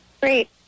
Great